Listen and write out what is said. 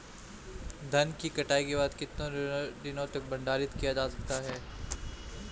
धान की कटाई के बाद कितने दिनों तक भंडारित किया जा सकता है?